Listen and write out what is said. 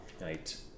Night